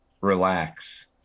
relax